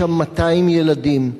יש שם 200 ילדים.